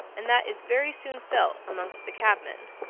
and that is very soon felt amongst the cabmen.